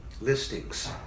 listings